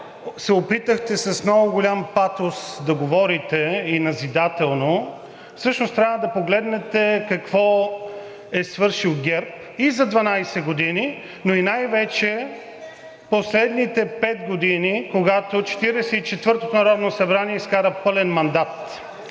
се опитахте с много голям патос да говорите и назидателно… Всъщност трябва да погледнете какво е свършил ГЕРБ за 12 години, но най-вече последните пет години, когато Четиридесет и четвъртото народно събрание изкара пълен мандат.